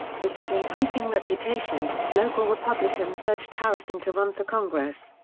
with his increasing reputation, local republicans urged harrison to run for congress.